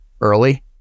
early